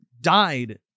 died